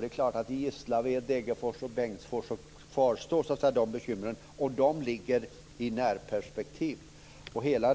Det är klart att i Gislaved, Degerfors och Bengtsfors kvarstår de bekymren och de ligger i närperspektiv. Hela